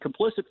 complicit